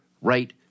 right